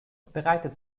bereitet